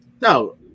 No